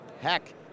heck